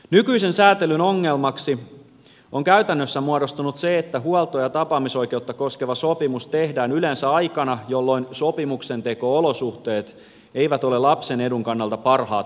nykyisen säätelyn ongelmaksi on käytännössä muodostunut se että huolto ja tapaamisoikeutta koskeva sopimus tehdään yleensä aikana jolloin sopimuksenteko olosuhteet eivät ole lapsen edun kannalta parhaat mahdolliset